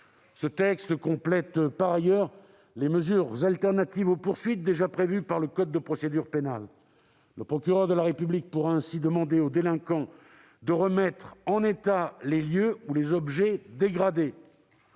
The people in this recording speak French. Ce texte complète par ailleurs les mesures alternatives aux poursuites déjà prévues par le code de procédure pénale. Le procureur de la République pourra ainsi demander au délinquant de remettre en état les lieux ou les objets dégradés,